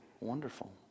wonderful